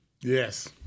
Yes